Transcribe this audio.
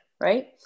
right